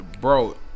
Bro